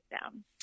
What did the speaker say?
down